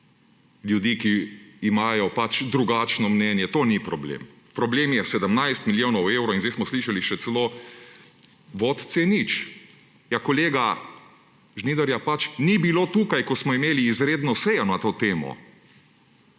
ljudi, ki imajo pač drugačno mnenje. To ni problem, problem je 17 milijonov evrov in zdaj, smo slišali, še celo vod C0. Ja, kolega Žnidarja pač ni bilo tukaj, ko smo imeli izredno sejo na to temo.